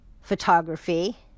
photography